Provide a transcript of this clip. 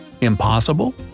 Impossible